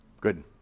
Good